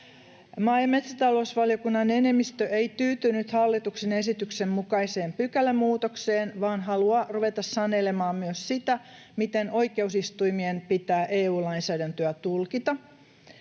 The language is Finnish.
Maa- ja metsätalousvaliokunnan enemmistö ei tyytynyt hallituksen esityksen mukaiseen pykälämuutokseen vaan haluaa ruveta sanelemaan myös sitä, miten oikeusistuimien pitää EU-lainsäädäntöä tulkita,